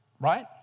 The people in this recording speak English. right